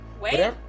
wait